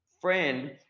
friend